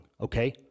Okay